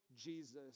Jesus